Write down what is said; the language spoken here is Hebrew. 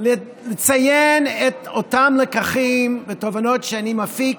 לציין את אותם לקחים ותובנות שאני מפיק